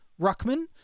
Ruckman